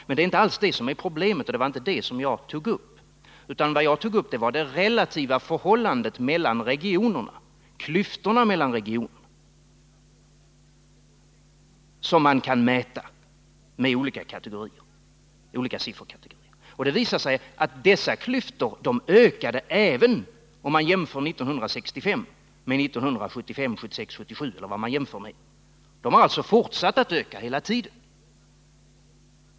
Men det är inte alls det som är problemet, och det var inte det som jag tog upp, utan vad jag tog upp var förhållandet mellan regionerna, klyftorna mellan regionerna, som man kan mäta med olika sifferkategorier. Det visar sig att dessa klyftor har ökat, oavsett om man jämför 1965 med 1975, 1976, 1977 eller vad man än jämför med. De har alltså fortsatt att öka hela tiden.